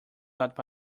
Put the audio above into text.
not